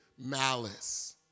malice